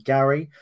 Gary